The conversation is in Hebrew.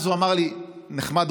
אז הוא אמר לי: נחמד,